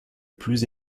plus